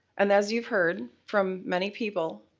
and, as you've heard, from many people,